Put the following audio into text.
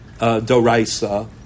doraisa